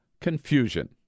confusion